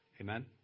Amen